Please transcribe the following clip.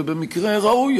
ובמקרה ראוי,